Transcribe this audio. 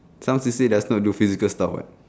some to say does not do physical stuff [what]